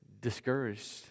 discouraged